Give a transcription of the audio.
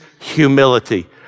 humility